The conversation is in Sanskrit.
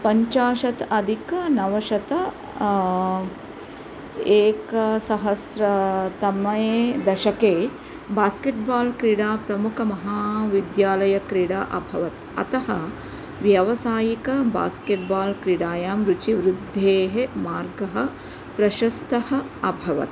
पञ्चशत् अधिक नवशत एकसहस्रतमे दशके बास्केट् बाल् क्रीडा प्रमुखमहाविद्यालयक्रीडा अभवत् अतः व्यवसायिक बास्केट् बाल् क्रीडायां रुचिवृद्धेः मार्गः प्रशस्तः अभवत्